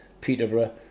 Peterborough